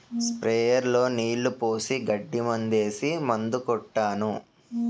sprayer లో నీళ్లు పోసి గడ్డి మందేసి మందు కొట్టాను